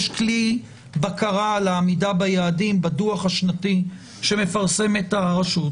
יש כלי בקרה לעמידה ביעדים בדוח השנתי שמפרסמת הרשות.